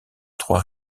trois